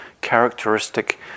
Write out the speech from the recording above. characteristic